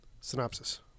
Synopsis